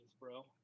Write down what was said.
bro